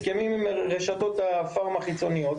הסכמים עם רשתות הפארם החיצוניות,